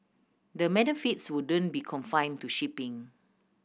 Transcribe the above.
the benefits wouldn't be confined to shipping